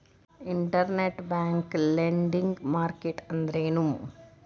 Internet bank lending market ಅಂದ್ರೇನು?